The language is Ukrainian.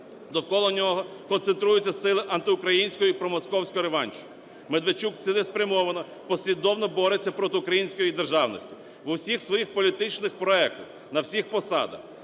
Довкола нього концентруються сили антиукраїнського і промосковського реваншу. Медведчук цілеспрямовано послідовно бореться проти української державності. В усіх своїх політичних проектах, на всіх посадах